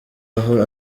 aho